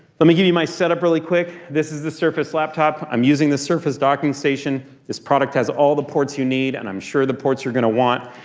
let me give you my set up really quick. this is the surface laptop. i'm using the surface docking station. this product has all the ports you need, and i'm sure the ports you're gonna want.